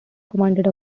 command